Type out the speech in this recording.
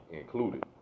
included